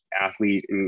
athlete